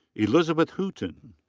elizabeth hooton.